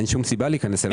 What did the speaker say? אין סיבה להיכנס אליו הביתה.